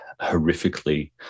horrifically